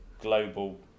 global